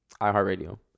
iHeartRadio